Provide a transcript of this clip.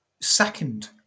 second